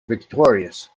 victorious